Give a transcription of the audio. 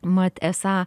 mat esą